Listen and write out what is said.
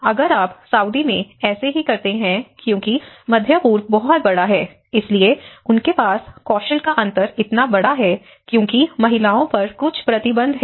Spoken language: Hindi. अगर आप सऊदी में ऐसा ही करते हैं क्योंकि मध्य पूर्व बहुत बड़ा है इसलिए उनके पास कौशल का अंतर इतना बड़ा है क्योंकि महिलाओं पर कुछ प्रतिबंध हैं